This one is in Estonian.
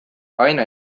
aina